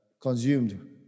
consumed